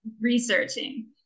researching